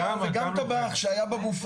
גם כתק"ל וגם טבח שהיה בבופור.